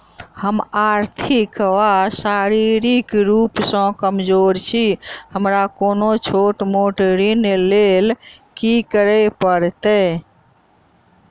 हम आर्थिक व शारीरिक रूप सँ कमजोर छी हमरा कोनों छोट मोट ऋण लैल की करै पड़तै?